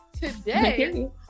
today